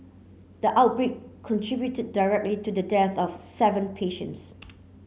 the outbreak contributed directly to the death of seven patients